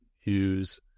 use